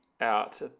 out